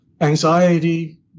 anxiety